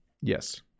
yes